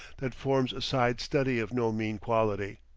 that forms a side study of no mean quality.